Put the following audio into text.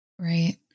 Right